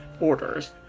orders